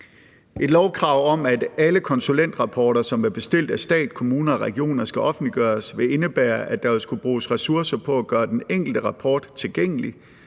Et lovkrav om, at alle konsulentrapporter, der er bestilt af stat, kommuner og regioner, skal offentliggøres, vil indebære, at der vil skulle bruges ressourcer på at gøre den enkelte rapport tilgængelig,